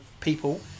people